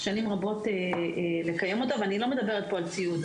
שנים רבות לקיים אותה, ואני לא מדברת פה על ציוד.